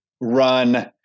run